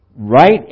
Right